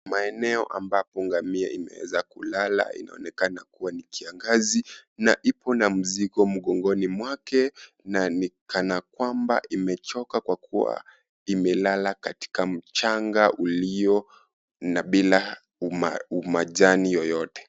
Maeneo ambapo ngamia inaeza kulala inaonekana kuwa ni kiangazi na ipo na mzigo mgongoni wake na ni kana kwamba imechoka kwa kuwa imelala katika mchanga ulio bila umajani yeyote.